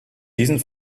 diesen